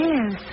Yes